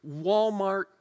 Walmart